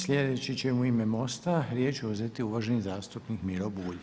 Sljedeći će u ime MOST-a riječ uzeti uvaženi zastupnik Miro Bulj.